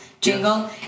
jingle